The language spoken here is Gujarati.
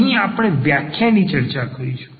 અહીં આપણે વ્યાખ્યા ની ચર્ચા કરીશું